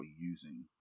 using